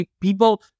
people